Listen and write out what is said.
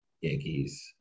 Yankees